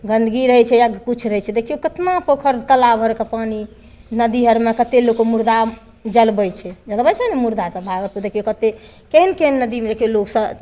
गंदगी रहै छै या किछु रहै छै देखियौ कतना पोखरि तलाब भर कऽ पानि नदी आरमे कतेक लोकके मुर्दा जलबै छै जलबै छै ने मुर्दा सब भागलपुरमे देखियौ कतेक केहन केहन नदीमे देखियौ लोग सब